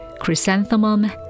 chrysanthemum